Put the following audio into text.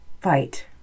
fight